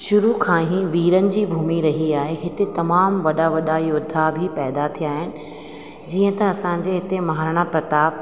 शुरू खां ई वीरनि जी भूमि रही आहे हिते तमामु वॾा वॾा योद्धा बि पैदा थिया आहिनि जीअं त असांजे हिते महाराणा प्रताप